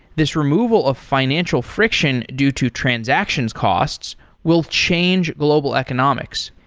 this removal of financial friction due to transactions costs will change global economics,